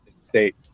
state